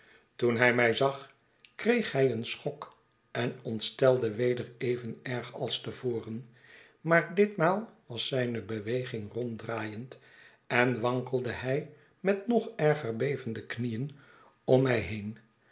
toen hij mij zag kreeg hij een schok en ontstelde weder even erg als te voren maar ditmaal was zijne beweging ronddraaiend en wankelde hij met nog erger bevende knieen om mij heen